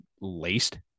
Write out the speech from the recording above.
laced